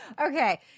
Okay